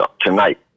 tonight